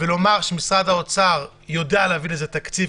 ולומר שמשרד האוצר יודע להביא לזה תקציב,